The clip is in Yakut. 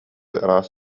ыраас